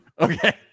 Okay